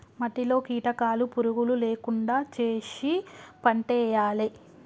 మట్టిలో కీటకాలు పురుగులు లేకుండా చేశి పంటేయాలే